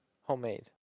Homemade